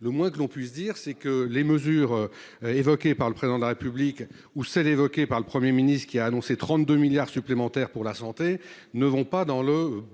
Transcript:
Le moins que l’on puisse dire, c’est que les mesures évoquées par le Président de la République ou celles que le Premier ministre a annoncées, soit 32 milliards d’euros supplémentaires pour la santé, ne vont pas dans le